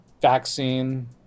vaccine